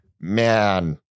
man